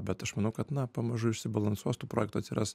bet aš manau kad na pamažu išsibalansuos tų projektų atsiras